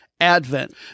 advent